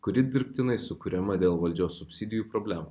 kuri dirbtinai sukuriama dėl valdžios subsidijų problemą